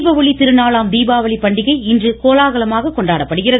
தீபஒளி திருநாளாம் தீபாவளி பண்டிகை இன்று கோலாகலமாக கொண்டாடப்படுகிறது